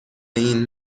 این